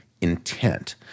intent